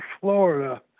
Florida